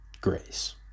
grace